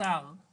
אמרתי